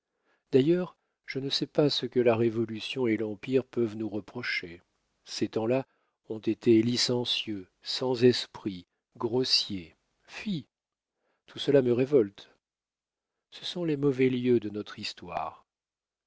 d'ailleurs je ne sais pas ce que la révolution et l'empire peuvent nous reprocher ces temps-là ont été licencieux sans esprit grossiers fi tout cela me révolte ce sont les mauvais lieux de notre histoire